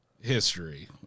history